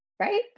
right